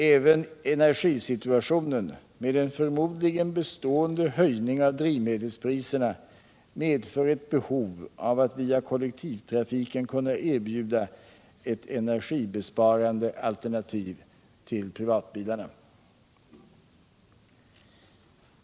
Även energisituationen med en förmodligen bestående höjning av drivmedelspriserna medför ett behov av att via kollektivtrafiken kunna erbjuda att energibesparande alternativ till privatbilarna.